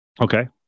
Okay